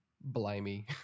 blimey